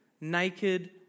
Naked